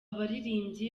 baririmbyi